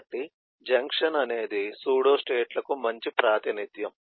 కాబట్టి జంక్షన్ అనేది సూడోస్టేట్లకు మంచి ప్రాతినిధ్యం